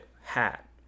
Hat